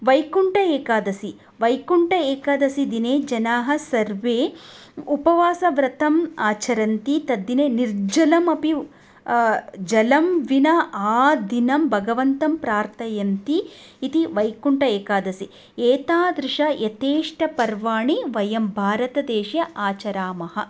वैकुण्ठ एकादशिः वैकुण्ठ एकादश्याः दिने जनाः सर्वे उपवासव्रतम् आचरन्ति तद्दिने निर्जलमपि जलं विना आदिनं भगवन्तं प्रार्थयन्ति इति वैकुण्ठ एकादशिः एतादृश यथेष्ट पर्वाणि वयं भारतदेशे आचरामः